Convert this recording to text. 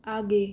आगे